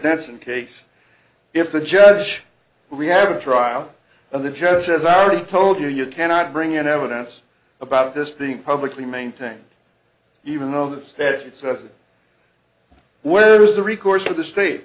that's in case if the judge riyad a trial of the jets as i already told you you cannot bring in evidence about this being publicly maintained even though the statutes where is the recourse of the state